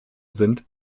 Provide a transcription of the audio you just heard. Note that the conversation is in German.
sind